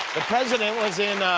the president was in